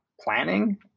planning